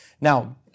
Now